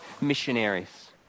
missionaries